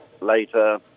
later